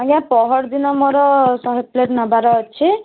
ଆଜ୍ଞା ପହରଦିନ ମୋର ଶହେ ପ୍ଲେଟ୍ ନେବାର ଅଛି